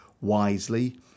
wisely